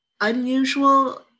unusual